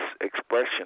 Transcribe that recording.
expression